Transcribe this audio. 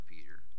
Peter